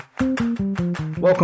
Welcome